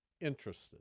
interested